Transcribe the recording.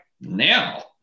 now